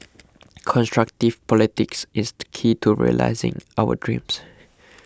constructive politics is the key to realising our dreams